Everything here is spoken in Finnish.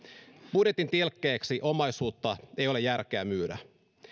budjetin tilkkeeksi omaisuutta ei ole järkeä myydä